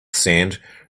sand